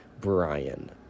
Brian